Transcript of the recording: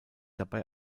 dabei